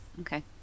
Okay